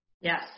Yes